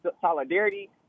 solidarity